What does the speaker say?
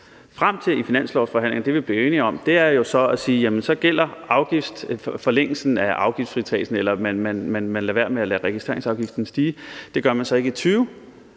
frem til i finanslovsforhandlingerne, det, vi blev enige om, er så at sige, at så gælder forlængelsen af afgiftsfritagelsen, eller man lader være med at lade registreringsafgiften stige. Det gør man så ikke i 2020,